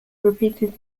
repeated